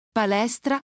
palestra